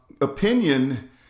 Opinion